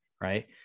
right